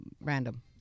random